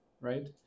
right